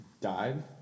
died